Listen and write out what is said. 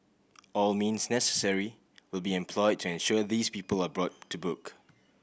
all means necessary will be employed to ensure these people are brought to book